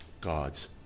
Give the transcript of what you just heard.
gods